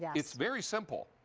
it's very simple,